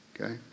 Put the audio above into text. okay